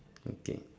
okay